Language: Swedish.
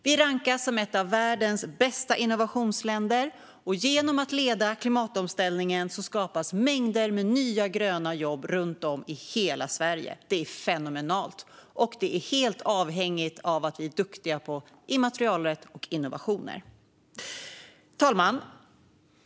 Vi rankas som ett av världens bästa innovationsländer, och genom att leda klimatomställningen skapar vi mängder av nya gröna jobb runt om i hela Sverige. Det är fenomenalt! Och det är helt avhängigt av att vi är duktiga på immaterialrätt och innovationer. Fru talman!